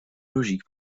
logique